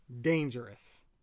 dangerous